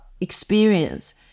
experience